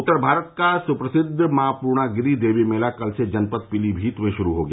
उत्तर भारत का सुप्रसिद्ध माँ पूर्णागिरी देवी मेला कल से जनपद पीलीमीत में शुरू हो गया